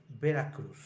Veracruz